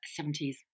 70s